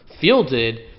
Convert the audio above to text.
fielded